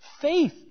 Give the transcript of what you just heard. faith